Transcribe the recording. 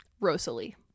Rosalie